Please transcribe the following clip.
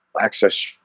access